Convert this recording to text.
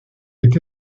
est